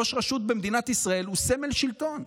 ראש רשות במדינת ישראל הוא סמל שלטון.